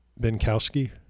Binkowski